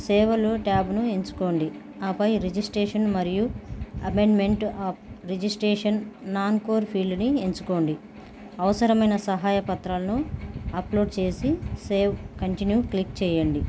సేవలు ట్యాబ్ను ఎంచుకోండి ఆపై రిజిస్ట్రేషన్ మరియు అమెండ్మెంట్ ఆ రిజిస్ట్రేషన్ నాన్కోర్ ఫీల్డ్ని ఎంచుకోండి అవసరమైన సహాయపత్రాలను అప్లోడ్ చేసి సేవ్ కంటిన్యూ క్లిక్ చేయండి